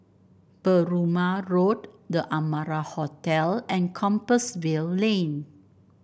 Perumal Road The Amara Hotel and Compassvale Lane